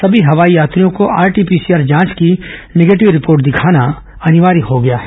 सभी हवाई यात्रियों को आरटी पीसीआर जांच की निगेटिव रिपोर्ट दिखाना अनिवार्य हो गया है